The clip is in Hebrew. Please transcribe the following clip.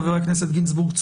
חבר הכנסת גינזבורג,